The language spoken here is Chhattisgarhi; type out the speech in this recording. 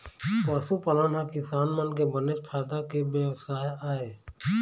पशुपालन ह किसान मन के बनेच फायदा के बेवसाय आय